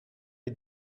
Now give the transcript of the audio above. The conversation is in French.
est